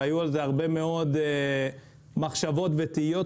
והיו על זה הרבה מאוד מחשבות ותהיות,